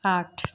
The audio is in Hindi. आठ